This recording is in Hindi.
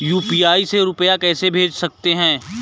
यू.पी.आई से रुपया कैसे भेज सकते हैं?